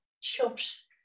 shops